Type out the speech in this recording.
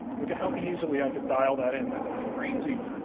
look at how easily i can dial that in, that's crazy.